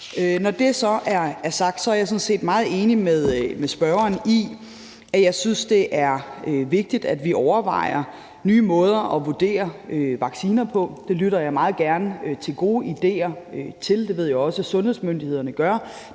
Når det så er sagt, er jeg sådan set meget enig med spørgeren i, at det er vigtigt, at vi overvejer nye måder at vurdere vacciner på. Det lytter jeg meget gerne til gode idéer til, og det ved jeg også at sundhedsmyndighederne gør.